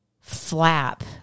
flap